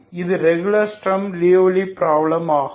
இது ரெகுலர் ஸ்ட்ரம் லியோவ்லி ப்ராப்ளம் ஆகும்